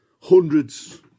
hundreds